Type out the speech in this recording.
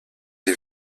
des